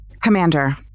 Commander